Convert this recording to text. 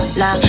la